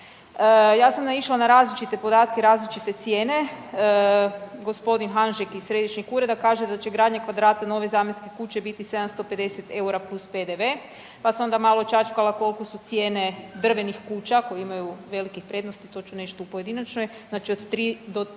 Ja sam naišla na različite podatke, različite cijene. Gospodin Hanžek iz središnjeg ureda kaže da će gradnje kvadrata nove zamjenske kuće biti 750 eura plus PDV, pa sam onda malo čačkala koliko su cijene drvenih kuća koje imaju velikih prednosti. To ću nešto u pojedinačnoj, znači od tri do